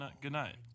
goodnight